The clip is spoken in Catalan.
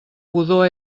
pudor